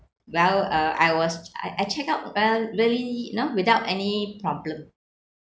well uh I was I I checked out well really you know without any problem